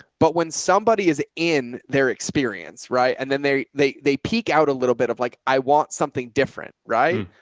but when somebody is in their experience, right. and then they, they, they peak out a little bit of like, i want something different, right?